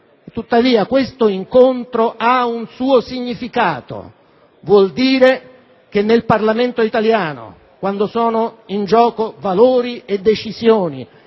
Tuttavia, questo incontro ha un suo significato: vuol dire che nel Parlamento italiano, quando sono in gioco valori e decisioni